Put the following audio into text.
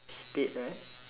spade right